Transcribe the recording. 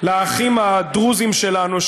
לאחים הדרוזים שלנו,